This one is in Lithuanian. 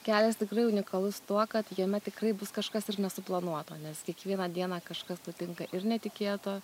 kelias tikrai unikalus tuo kad jame tikrai bus kažkas nesuplanuoto nes kiekvieną dieną kažkas nutinka ir netikėto